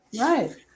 Right